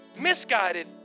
misguided